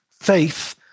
faith